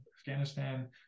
Afghanistan